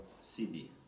CD